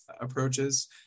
approaches